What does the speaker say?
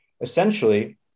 Essentially